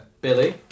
Billy